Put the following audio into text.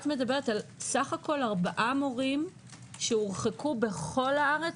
את מדברת על סך הכול ארבעה מורים שהורחקו בכל הארץ?